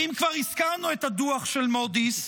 ואם כבר הזכרנו את הדוח של מודי'ס,